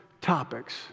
topics